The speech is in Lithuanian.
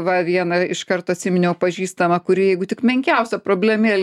va vieną iš karto atsiminiau pažįstamą kuri jeigu tik menkiausia problemėlė